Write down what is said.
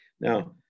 Now